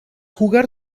jugar